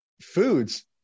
foods